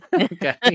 Okay